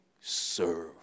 serve